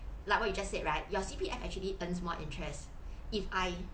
like what you just said right your C_P_F actually earns more interest if I